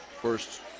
first